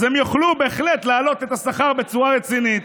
אז הם יוכלו בהחלט להעלות את השכר בצורה רצינית.